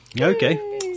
Okay